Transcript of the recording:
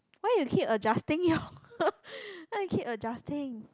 why you keep adjusting your why you keep adjusting